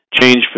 change